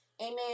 Amen